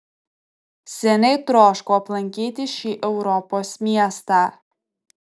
seniai troškau aplankyti šį europos miestą